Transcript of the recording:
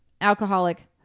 alcoholic